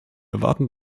erwarten